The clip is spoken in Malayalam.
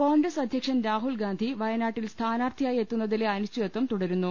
കോൺഗ്രസ് അധ്യക്ഷൻ രാഹുൽഗാന്ധി വയനാട്ടിൽ സ്ഥാനാർത്ഥിയായി എത്തുന്നതിലെ അനിശ്ചിതത്വം തുടരുന്നു